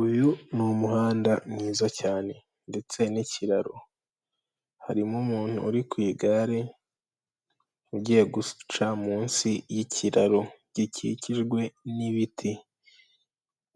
Uyu ni umuhanda mwiza cyane ndetse n'ikiraro, harimo umuntu uri ku igare ugiye guca munsi y'ikiraro gikikijwe n'ibiti,